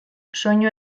soinu